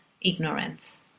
ignorance